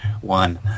one